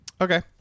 Okay